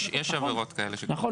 יש עבירות כאלה --- נכון.